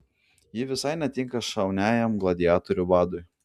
ji visai netinka šauniajam gladiatorių vadui